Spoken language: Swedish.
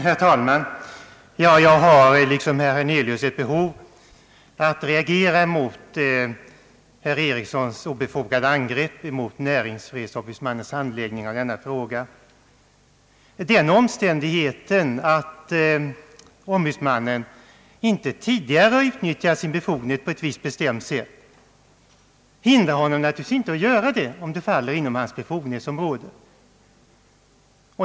Herr talman! Jag har liksom herr Hernelius ett behov av att reagera mot herr Ericssons obefogade angrepp mot näringsfrihetsombudsmannens handläggning av denna fråga. Den omständigheten att ombudsmannen tidigare inte har utnyttjat sin befogenhet på ett visst bestämt sätt hindrar honom naturligtvis inte att göra det, om det faller inom hans befogenhetsområde.